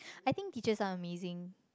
I think teachers are amazing